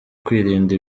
kwirinda